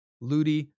Ludi